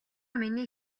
миний